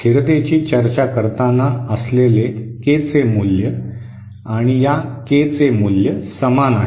स्थिरतेची चर्चा करताना असलेले के चे मूल्य आणि या के चे मूल्य समान आहे